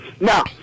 Now